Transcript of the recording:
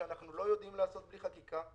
שאנחנו לא יודעים לעשות בלי חקיקה.